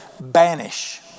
Banish